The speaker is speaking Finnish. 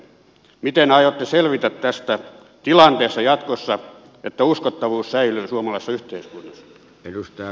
miten aiotte selvitä tästä tilanteesta jatkossa että uskottavuus säilyy suomalaisessa yhteiskunnassa